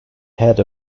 head